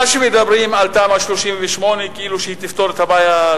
מדברים על תמ"א 38 כאילו היא תפתור את הבעיה.